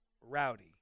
rowdy